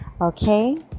okay